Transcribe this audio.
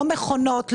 לא מכונות,